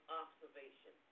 observation